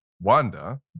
Wanda